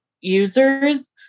users